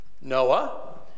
Noah